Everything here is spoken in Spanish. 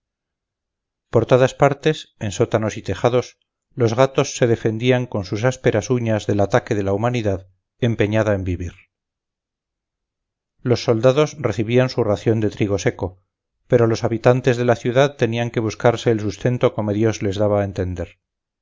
por todas partes en sótanos y tejados los gatos se defendían con sus ásperas uñas del ataque de la humanidad empeñada en vivir los soldados recibían su ración de trigo seco pero los habitantes de la ciudad tenían que buscarse el sustento como dios les daba a entender